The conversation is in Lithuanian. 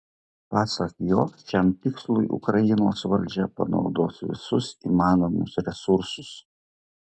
pasak jo šiam tikslui ukrainos valdžia panaudos visus įmanomus resursus